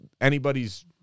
anybody's